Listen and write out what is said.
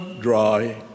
dry